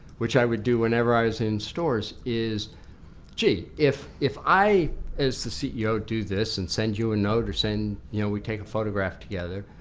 which i would do whenever i was in stores is gee, if if i as the ceo do this and send you a note or you know we take a photograph together.